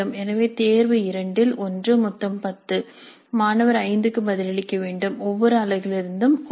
எனவே தேர்வு 2 இல் 1 மொத்தம் 10 மாணவர் 5 க்கு பதிலளிக்க வேண்டும் ஒவ்வொரு அலகிலிருந்து 1